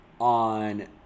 on